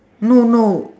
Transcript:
no no